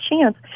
chance